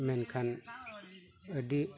ᱢᱮᱱᱠᱷᱟᱱ ᱟᱹᱰᱤ